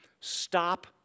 stop